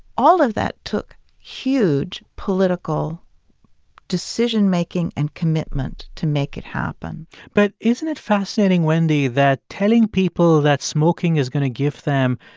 all of that took huge political decision making and commitment to make it happen but isn't it fascinating, wendy, that telling people that smoking is going to give them,